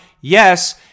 Yes